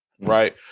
right